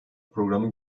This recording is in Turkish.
programın